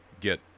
get